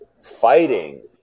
fighting